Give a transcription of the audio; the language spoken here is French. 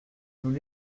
nous